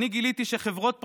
אני גיליתי שחברות פרטיות,